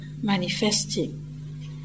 manifesting